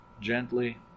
gently